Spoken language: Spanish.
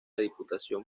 diputación